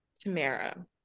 tamara